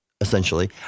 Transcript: essentially